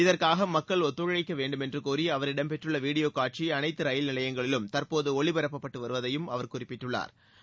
இதற்காக மக்கள் ஒத்துழைக்க வேண்டுமென்று கோரி அவர் இடம் பெற்றுள்ள வீடியோ காட்சி அனைத்து ரயில் நிலையங்களிலும் தந்போது ஒளிபரப்பப்பட்டு வருவதையும் அவா் குறிப்பிட்டுள்ளாா்